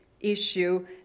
issue